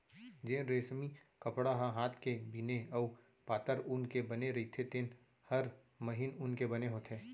जेन रेसमी कपड़ा ह हात के बिने अउ पातर ऊन के बने रइथे तेन हर महीन ऊन के बने होथे